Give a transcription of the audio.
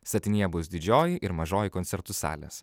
statinyje bus didžioji ir mažoji koncertų salės